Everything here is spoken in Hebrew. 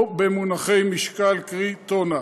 או במונחי משקל, קרי טונה.